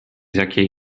jakiej